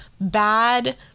bad